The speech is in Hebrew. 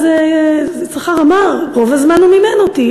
אז יששכר אמר: רוב הזמן הוא מימן אותי,